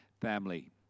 family